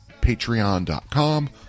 patreon.com